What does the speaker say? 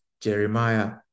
Jeremiah